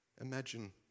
Imagine